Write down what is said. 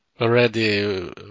already